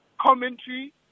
commentary